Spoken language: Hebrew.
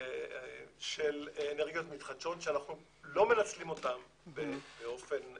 של אנרגיות מתחדשות שאנחנו לא מנצלים אותן באופן